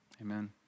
Amen